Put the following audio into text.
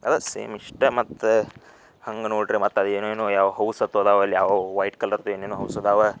ಅದೇ ಸೇಮ್ ಇಷ್ಟೇ ಮತ್ತು ಹಂಗೆ ನೋಡ್ದ್ರೆ ಮತ್ತು ಅದು ಏನೇನೋ ಯಾವುವೊ ಹೌಸ್ ಅಂತ ಇದಾವೆ ಯಾವುವೊ ವೈಟ್ ಕಲರ್ದು ಏನೇನೋ ಹೌಸ್ ಇದಾವೆ